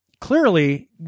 clearly